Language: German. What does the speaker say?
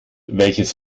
welches